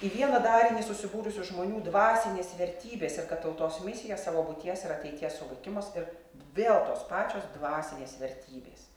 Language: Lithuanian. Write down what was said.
į vieną darinį susibūrusių žmonių dvasinės vertybės ir tautos misija savo būties ir ateities suvokimas ir vėl tos pačios dvasinės vertybės